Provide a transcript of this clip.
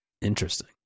Interesting